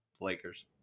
Lakers